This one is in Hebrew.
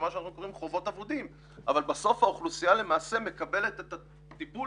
מה שאנחנו קוראים חובות אבודים אבל בסוף האוכלוסייה מקבלת את הטיפול